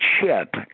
chip